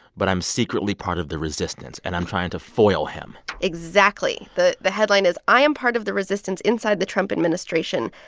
but i'm secretly part of the resistance, and i'm trying to foil him exactly. the the headline is, i am part of the resistance inside the trump administration.